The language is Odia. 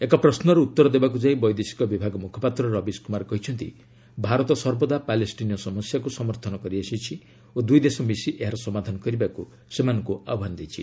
ଏକ ପ୍ରଶ୍ନର ଉତ୍ତର ଦେବାକୁ ଯାଇ ବୈଦେଶିକ ବିଭାଗ ମୁଖପାତ୍ର ରବୀଶ୍ କୁମାର କହିଛନ୍ତି ଭାରତ ସର୍ବଦା ପାଲେଷ୍ଠିନୀୟ ସମସ୍ୟାକୁ ସମର୍ଥନ କରିଆସିଛି ଓ ଦୁଇ ଦେଶ ମିଶି ଏହାର ସମାଧାନ କରିବାକୁ ସେମାନଙ୍କୁ ଆହ୍ୱାନ ଦେଇଛି